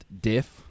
diff